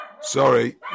Sorry